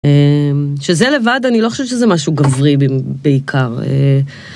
שזה לבד אני לא חושבת שזה משהו גברי בעיקר.